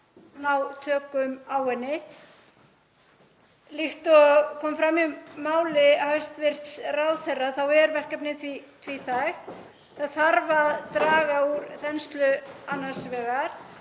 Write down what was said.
ná tökum á henni. Líkt og kom fram í máli hæstv. ráðherra er verkefnið tvíþætt. Það þarf að draga úr þenslu annars vegar